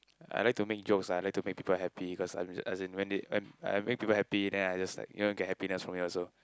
I like to make jokes lah I like to make people happy because I as in when they I I make people happy then I just like you know get happiness from it also